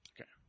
Okay